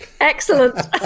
Excellent